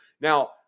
now